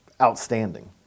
outstanding